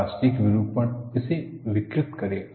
plastic विरूपण इसे विकृत करेगा